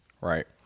Right